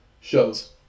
shows